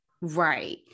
Right